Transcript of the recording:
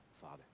Father